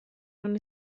non